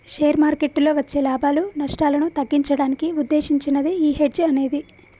share మార్కెట్టులో వచ్చే లాభాలు, నష్టాలను తగ్గించడానికి వుద్దేశించినదే యీ హెడ్జ్ అనేది